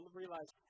realize